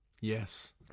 yes